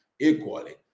equally